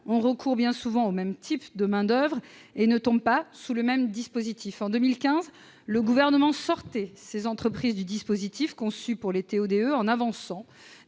ont recours bien souvent au même type de main-d'oeuvre, mais elles ne sont pas éligibles au même dispositif. En 2015, le Gouvernement sortait ces entreprises du dispositif conçu pour les TO-DE en avançant